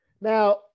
Now